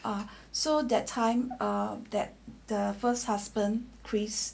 ah so that time or that the first husband chris